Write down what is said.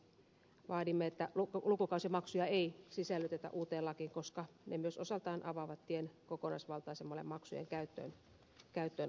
vaadimme että lukukausimaksuja ei sisällytetä uuteen lakiin koska ne myös osaltaan avaavat tien kokonaisvaltaisemmalle maksujen käyttöönotolle